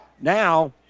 now